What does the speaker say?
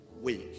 week